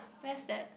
where's that